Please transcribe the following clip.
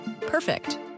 Perfect